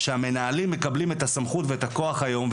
שהמנהלים מקבלים את הסמכות ואת הכוח היום,